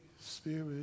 Spirit